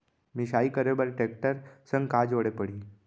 मिसाई करे बर टेकटर संग का जोड़े पड़ही?